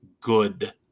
good